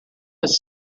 was